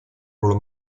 ruolo